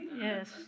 yes